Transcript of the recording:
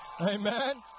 Amen